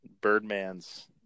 Birdman's